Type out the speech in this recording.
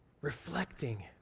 reflecting